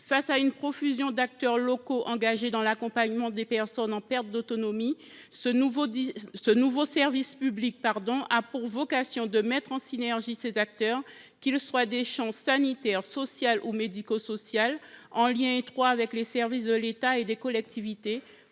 Face à la profusion d’acteurs locaux engagés dans l’accompagnement des personnes en perte d’autonomie, ce nouveau service public a pour vocation de mettre lesdits acteurs en synergie, qu’ils relèvent du champ sanitaire, social ou médico social, en lien étroit avec les services de l’État et des collectivités,